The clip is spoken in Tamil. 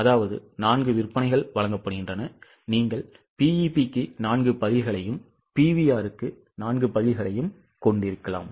அதாவது 4 விற்பனைகள் வழங்கப்படுகின்றன நீங்கள் BEP க்கு 4 பதில்களையும் PVR க்கு 4 பதில்களையும் கொண்டிருக்கலாம்